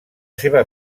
seva